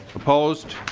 opposed?